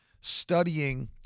studying